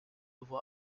voix